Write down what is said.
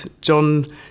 John